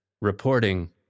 reporting